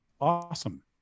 awesome